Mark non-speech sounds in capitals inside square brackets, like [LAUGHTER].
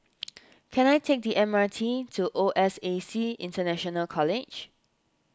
[NOISE] can I take the M R T to O S A C International College